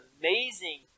amazing